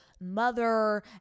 mother